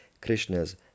Krishna's